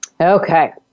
Okay